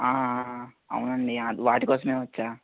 అవునండి వాటి కోసమే వచ్చాను